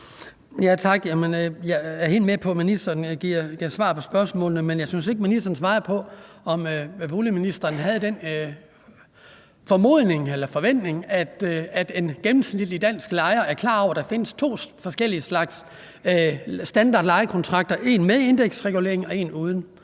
Jeg er helt med på, at ministeren giver svar på spørgsmålene, men jeg synes ikke, ministeren svarede på, om boligministeren havde den formodning eller forventning, at en gennemsnitlig dansk lejer er klar over, at der findes to forskellige slags standardlejekontrakter, en med indeksregulering og en uden.